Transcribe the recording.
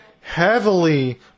heavily